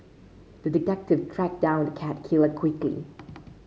the detective tracked down the cat killer quickly